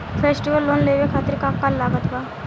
Festival loan लेवे खातिर का का लागत बा?